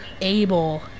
able